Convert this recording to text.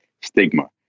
stigma